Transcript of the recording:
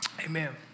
Amen